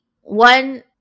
one